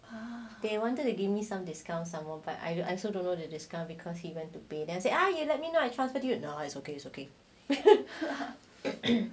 they wanted to give me some discounts or somemore but I also don't know the discount because he went to pay then I say I you let me know I transferred you now it's okay it's okay